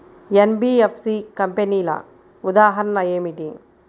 NBFC కంపెనీల ఉదాహరణ ఏమిటి?